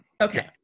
Okay